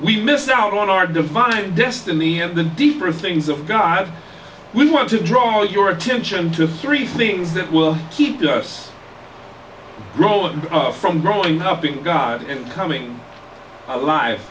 we miss out on our defined destiny of the deeper things of god we want to draw your attention to three things that will keep us roland from growing up in god and coming alive